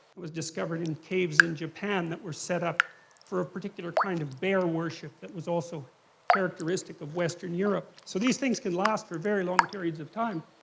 was discovered in caves in japan that were set up for a particular kind of bear worship that was also characteristic of western europe. so these things can last for very long periods of time.